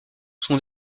son